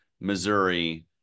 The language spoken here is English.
Missouri